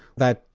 that,